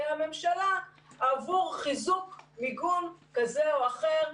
הממשלה עבור חיזוק מיגון כזה או אחר,